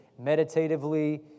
meditatively